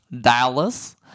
Dallas